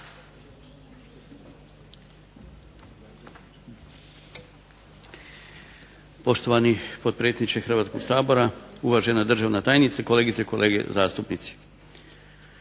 Poštovani potpredsjedniče Hrvatskoga sabora, uvažena državna tajnice, kolegice i kolege zastupnici.